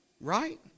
right